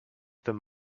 them